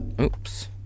oops